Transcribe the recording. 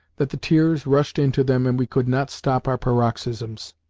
that the tears rushed into them and we could not stop our paroxysms,